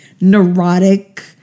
neurotic